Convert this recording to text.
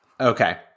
okay